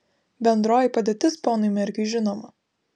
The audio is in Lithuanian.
bendroji padėtis ponui merkiui žinoma